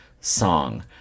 song